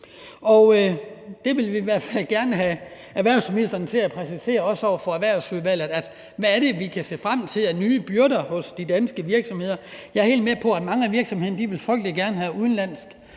Der vil vi i hvert fald gerne have erhvervsministeren til at præcisere, også over for Erhvervsudvalget, hvad det er, vi kan se frem til af nye byrder hos de danske virksomheder. Jeg er helt med på, at mange af virksomhederne frygtelig gerne vil have udenlandsk